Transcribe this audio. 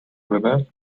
river